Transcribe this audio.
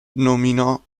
nominò